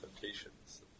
temptations